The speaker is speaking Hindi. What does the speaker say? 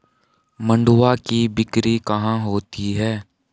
मंडुआ की बिक्री कहाँ होती है?